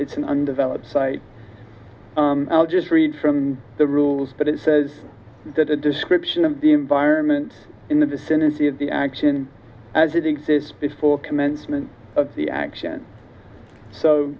it's an undeveloped site i'll just read from the rules but it says that a description of the environment in the vicinity of the action as it exists before commencement of the action so